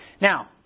Now